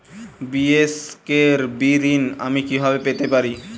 BSKB ঋণ আমি কিভাবে পেতে পারি?